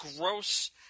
gross